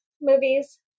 movies